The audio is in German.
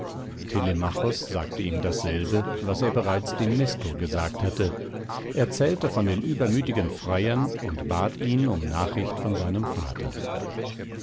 sagte ihm dasselbe was er bereits dem nestor gesagt hatte erzählte von den übermütigen freiern und bat ihn um nachricht von seinem vater